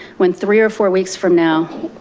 when three or four weeks from now,